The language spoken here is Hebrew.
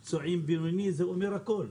פצועים בינוני זה אומר הכול.